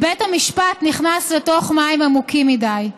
כי בית המשפט נכנס לתוך מים עמוקים מדי,